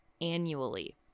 annually